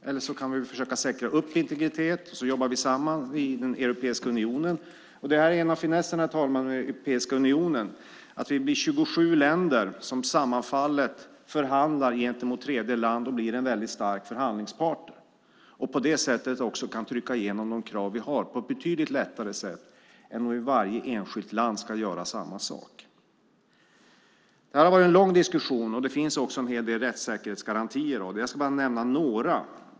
Eller så kan vi försöka säkra integriteten och jobba tillsammans i den europeiska unionen. Det är en av finesserna, herr talman, med den europeiska unionen: Vi blir 27 länder som gemensamt förhandlar gentemot tredjeland och blir en väldigt stark förhandlingspart. På det sättet kan vi också trycka igenom de krav vi har på betydligt lättare sätt än om varje enskilt land ska göra samma sak. Det har varit en lång diskussion, och det finns också en hel del rättssäkerhetsgarantier. Jag ska bara nämna några.